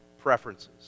preferences